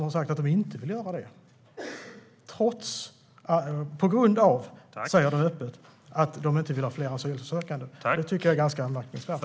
De har sagt att de inte vill ta ansvar, på grund av - de säger det öppet - att de inte vill ha fler asylsökande. Det är ganska anmärkningsvärt.